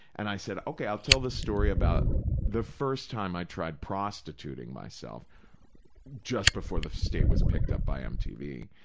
and i said, okay, i'll tell the story about the first time i tried prostituting myself just before the state was picked up by mtv.